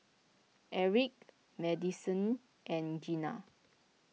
Erik Madisyn and Jena